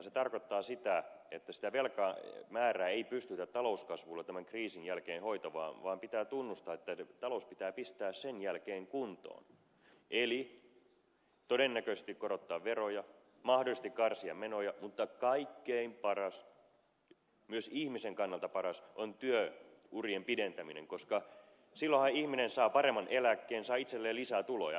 se tarkoittaa sitä että sitä velkamäärää ei pystytä talouskasvulla tämän kriisin jälkeen hoitamaan vaan pitää tunnustaa että talous pitää pistää sen jälkeen kuntoon eli todennäköisesti pitää korottaa veroja mahdollisesti karsia menoja mutta kaikkein paras keino myös ihmisen kannalta paras on työurien pidentäminen koska silloinhan ihminen saa paremman eläkkeen saa itselleen lisää tuloja